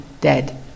dead